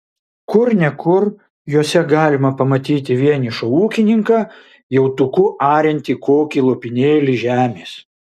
kur ne kur juose galima pamatyti vienišą ūkininką jautuku ariantį kokį lopinėlį žemės